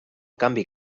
canvi